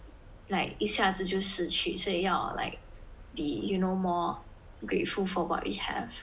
like 一下子就失去所以要 like be you know more grateful for what we have